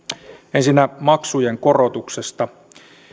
ensinnä maksujen korotuksesta